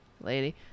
lady